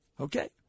Okay